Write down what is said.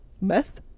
Meth